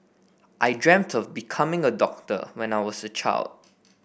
I dreamt of becoming a doctor when I was a child